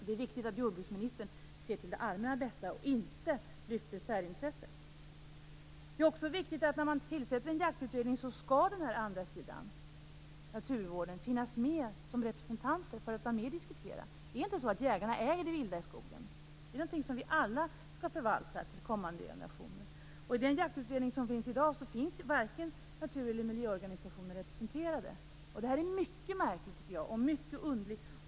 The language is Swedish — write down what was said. Det är viktigt att jordbruksministern ser till det allmänna bästa och inte lyfter särintresset. Det är också viktigt när man tillsätter en jaktutredning att den andra sidan, dvs. naturvården, finns med som representant, för att vara med och diskutera. Jägarna äger inte det vilda i skogen - det är någonting som vi alla skall förvalta till kommande generationer. I den jaktutredning som finns i dag är varken natur eller miljöorganisationer representerade. Det är mycket märkligt och mycket underligt.